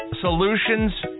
solutions